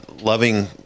loving